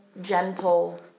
gentle